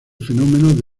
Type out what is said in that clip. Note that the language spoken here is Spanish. fenómeno